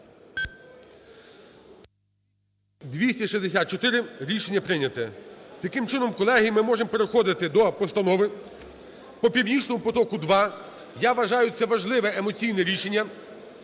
За-264 Рішення прийнято. Таким чином, колеги, ми можемо переходити до Постанови по "Північному потоку-2". Я вважаю, це важливе емоційне рішення.